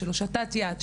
של הושטת יד,